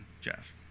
Jeff